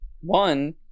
one